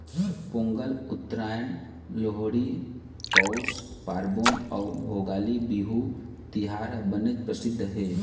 पोंगल, उत्तरायन, लोहड़ी, पउस पारबोन अउ भोगाली बिहू तिहार ह बनेच परसिद्ध हे